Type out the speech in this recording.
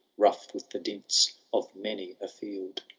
rough with the dints of many a field.